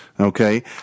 Okay